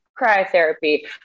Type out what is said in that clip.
cryotherapy